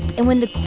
and when the